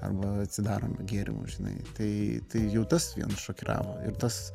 arba atsidarome gėrimų žinai tai jau tas vien šokiravo ir tas